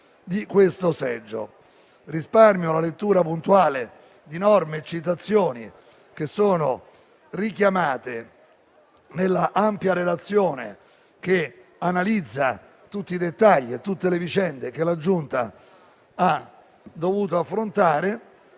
del seggio. Risparmio la lettura puntuale di norme e citazioni richiamate nell'ampia relazione che analizza tutti i dettagli e le vicende che la Giunta ha dovuto affrontare.